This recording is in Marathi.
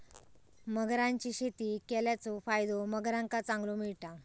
मगरांची शेती केल्याचो फायदो मगरांका चांगलो मिळता